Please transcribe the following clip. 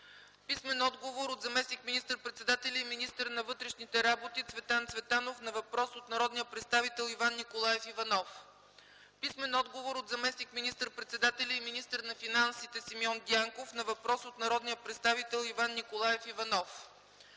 Иван Костов; - заместник министър-председателя и министър на вътрешните работи Цветан Цветанов на въпрос от народния представител Иван Николаев Иванов; - заместник министър-председателя и министър на финансите Симеон Дянков на въпрос от народния представител Иван Николаев Иванов;